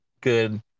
good